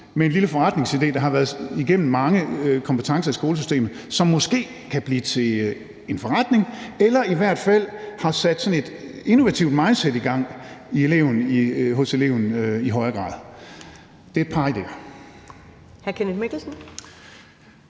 med en lille forretningsidé, der har været igennem mange kompetencer i skolesystemet, og som måske kan blive til en forretning, eller i hvert fald er der så sat et innovativt mindset i gang hos eleven i højere grad. Det er et par idéer.